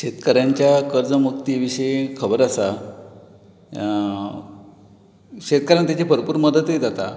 शेतकारांच्या कर्ज मुक्ती विशीं खबर आसा अं शेतकाऱ्यांक ताची भरपूर मदतूय जाता